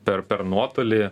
per per nuotolį